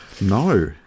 No